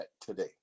today